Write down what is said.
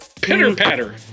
Pitter-patter